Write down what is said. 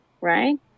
Right